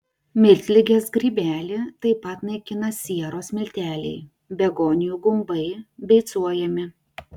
miltligės grybelį taip pat naikina sieros milteliai begonijų gumbai beicuojami